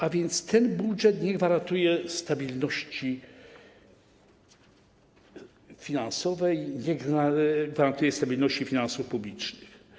A więc ten budżet nie gwarantuje stabilności finansowej, nie gwarantuje stabilności finansów publicznych.